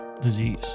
disease